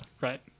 right